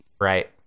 Right